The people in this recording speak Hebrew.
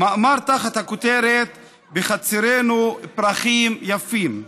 מאמר תחת הכותרת "בחצרנו פרחים יפים",